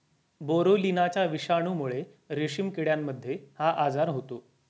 बोरोलिनाच्या विषाणूमुळे रेशीम किड्यांमध्ये हा आजार होतो